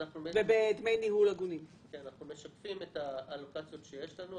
אנחנו משקפים את האלוקציות שיש לנו.